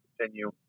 continue